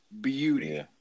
beauty